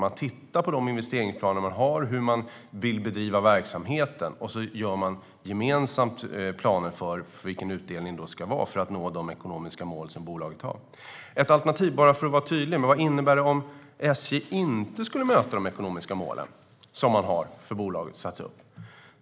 Man tittar på investeringsplanerna och hur bolagen vill bedriva verksamheten, och så gör man gemensamt planer för vilken utdelningen ska vara för att nå de ekonomiska mål som bolaget har. Bara för att vara tydlig: Vad innebär det om SJ inte kan möta de ekonomiska mål som har satts upp för bolaget?